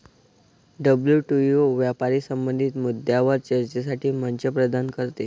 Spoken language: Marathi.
डब्ल्यू.टी.ओ व्यापार संबंधित मुद्द्यांवर चर्चेसाठी मंच प्रदान करते